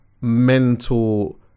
mental